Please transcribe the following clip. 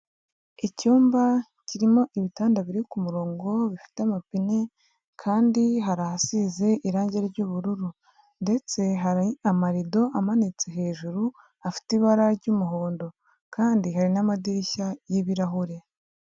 Icyumba kirimo ibitanda biri ku murongo bifite amapine kandi hari asize irange ry'ubururu ndetse hari amarido amanitse hejuru afite ibara ry'umuhondo kandi hari n'amadirishya y'ibirahure.